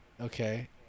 okay